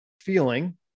feeling